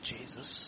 Jesus